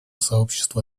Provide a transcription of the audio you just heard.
сообщества